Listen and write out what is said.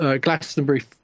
Glastonbury